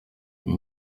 iyi